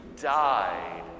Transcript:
died